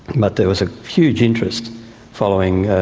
but there was a huge interest following,